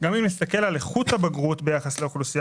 אם נסתכל על איכות הבגרות ביחס לאוכלוסייה